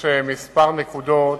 יש כמה נקודות,